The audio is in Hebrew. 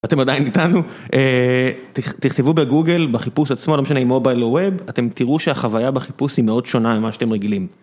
אתם עדיין איתנו, תכתבו בגוגל, בחיפוש עצמו, לא משנה אם מובייל או ווב, אתם תראו שהחוויה בחיפוש היא מאוד שונה ממה שאתם רגילים.